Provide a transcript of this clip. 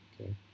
Okay